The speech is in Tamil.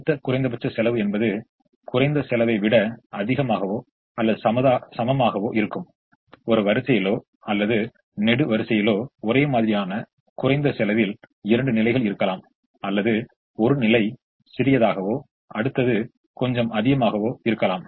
அடுத்த குறைந்தபட்ச செலவு என்பது குறைந்த செலவை விட அதிகமாகவோ அல்லது சமமாகவோ இருக்கும் ஒரு வரிசைலோ அல்லது நெடுவரிசையிலோ ஒரே மாதிரியான குறைந்த செலவில் இரண்டு நிலைகள் இருக்கலாம் அல்லது ஒரு நிலை சிறியதாகவோ அடுத்தது கொஞ்சம் அதிகமாக இருக்கலாம்